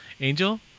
Angel